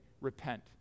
repent